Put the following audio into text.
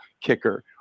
kicker